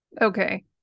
Okay